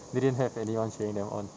they didn't have anyone cheering them on